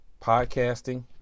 podcasting